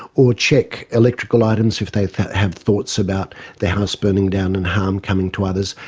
or check electrical items if they've had thoughts about the house burning down and harm coming to others,